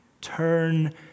Turn